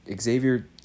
Xavier